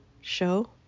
show